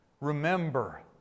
Remember